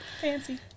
fancy